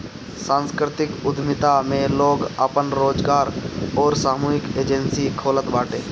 सांस्कृतिक उद्यमिता में लोग आपन रोजगार अउरी सामूहिक एजेंजी खोलत बाटे